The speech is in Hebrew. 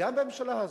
גם בממשלה הזאת,